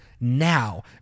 now